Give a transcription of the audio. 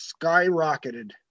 skyrocketed